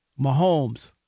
Mahomes